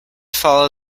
follow